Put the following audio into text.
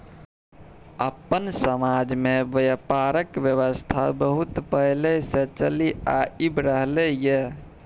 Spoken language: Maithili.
अपन समाज में ब्यापारक व्यवस्था बहुत पहले से चलि आइब रहले ये